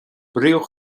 bpríomh